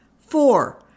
Four